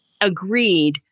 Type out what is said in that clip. agreed